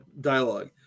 dialogue